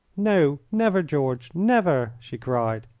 no, never, george, never! she cried.